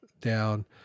down